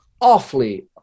awfully